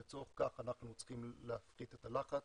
לצורך כך אנחנו צריכים להפחית את הלחץ